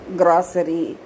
grocery